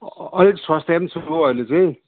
अलिक स्वस्थै पनि छु हो अहिले चाहिँ